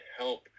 help